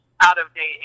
out-of-date